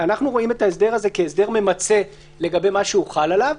אנחנו רואים את ההסדר הזה כהסדר ממצה לגבי מה שהוא חל עליו.